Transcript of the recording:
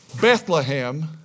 Bethlehem